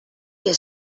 que